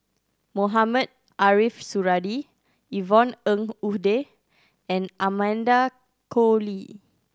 Mohamed Ariff Suradi Yvonne Ng Uhde and Amanda Koe Lee